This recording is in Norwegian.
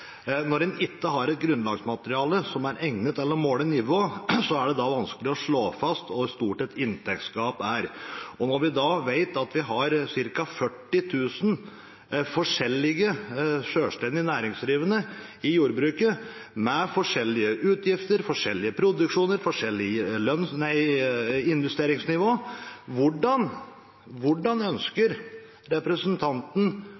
Når en ikke har et grunnlagsmateriale som er egnet til å måle nivået, er det vanskelig å slå fast hvor stort et inntektsgap er. Når vi vet at vi har ca. 40 000 forskjellige selvstendige næringsdrivende i jordbruket – med forskjellige utgifter, forskjellige produksjoner, forskjellige investeringsnivå – hvordan